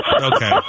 Okay